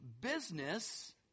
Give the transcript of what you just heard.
business